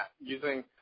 using